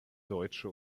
deutsche